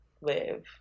live